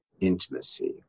intimacy